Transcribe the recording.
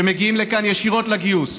שמגיעים לכאן ישירות לגיוס,